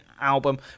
album